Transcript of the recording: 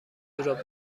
جوراب